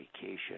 vacation